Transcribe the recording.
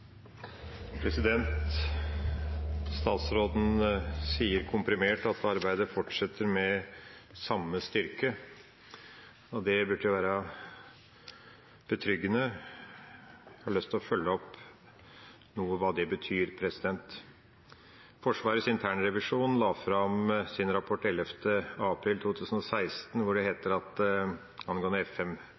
Statsråden sier komprimert at arbeidet fortsetter med samme styrke. Det burde være betryggende. Jeg har lyst til å følge noe opp hva det betyr. Forsvarsdepartementets internrevisjon la fram sin rapport 11. april 2016, hvor det